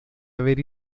haber